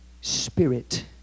spirit